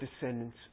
descendants